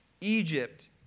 Egypt